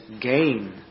gain